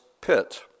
pit